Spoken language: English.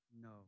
no